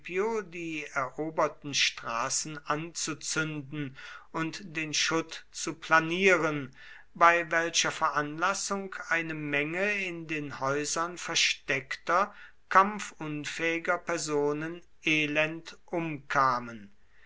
eroberten straßen anzuzünden und den schutt zu planieren bei welcher veranlassung eine menge in den häusern versteckter kampfunfähiger personen elend umkamen